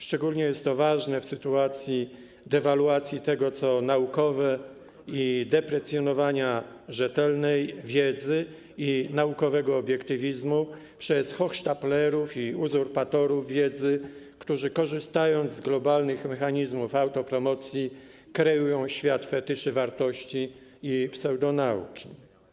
Szczególnie jest to ważne w sytuacji dewaluacji tego, co naukowe, i deprecjonowania rzetelnej wiedzy i naukowego obiektywizmu przez hochsztaplerów i uzurpatorów wiedzy, którzy korzystając z globalnych mechanizmów autopromocji, kreują świat fetyszy wartości i pseudonauki.